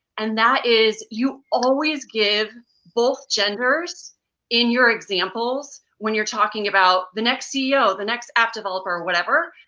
and that is, you always give both genders in your examples when you're talking about the next ceo, the next app developer, or whatever.